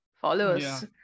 followers